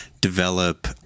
develop